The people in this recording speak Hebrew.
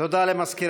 טקס הדלקת המשואות.